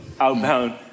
outbound